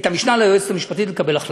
את המשנה ליועץ המשפטית לקבל החלטות?